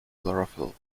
chlorophyll